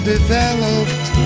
Developed